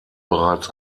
bereits